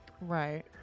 Right